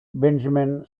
benjamin